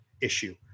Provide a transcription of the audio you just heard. issue